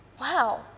wow